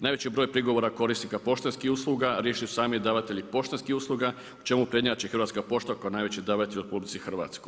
Najveći broj prigovora je korisnika poštanskih usluga, … davatelji poštanskih usluga u čemu prednjači Hrvatska pošta koja je najveći davatelj u RH.